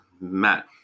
Matt